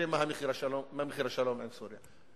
יודעים מה מחיר השלום עם סוריה.